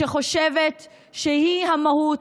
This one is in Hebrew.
שחושבת שהיא המהות,